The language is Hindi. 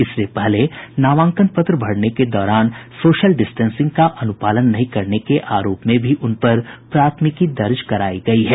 इससे पहले नामांकन पत्र भरने के दौरान सोशल डिस्टेंसिंग का अनुपालन नहीं करने के आरोप में भी उन पर प्राथमिकी दर्ज करायी गयी है